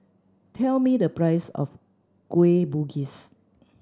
tell me the price of Kueh Bugis